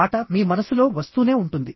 పాట మీ మనసులో వస్తూనే ఉంటుంది